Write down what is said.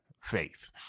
faith